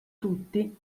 tutti